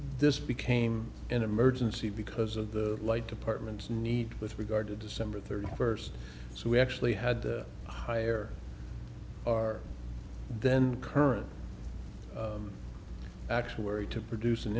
this became an emergency because of the light department's need with regard to december thirty first so we actually had to hire our then current actuary to produce an